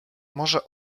może